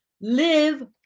Live